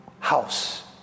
House